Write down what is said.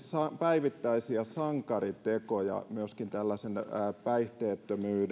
päivittäisiä sankaritekoja myöskin tällaisen päihteettömyyden